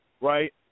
right